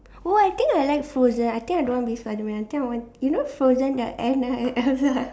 oh I think I like Frozen I think I don't want to be Spiderman I think I want you know Frozen the Anna and Elsa